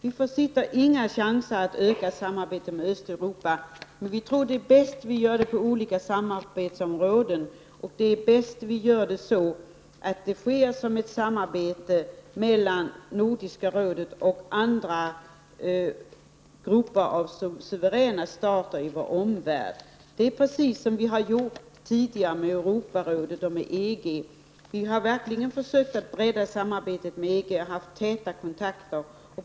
Vi försitter inga chanser att öka samarbetet med Östeuropa, men vi tror att det arbetet bäst sker på olika samarbetsområden. Det är bäst att vi gör det i form av samarbete mellan Nordiska rådet och andra grupper av suveräna stater i vår omvärld. Det är precis så vi har gjort tidigare med Europarådet och med EG. Vi har verkligen försökt att bredda samarbetet med EG och haft täta kontakter.